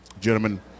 gentlemen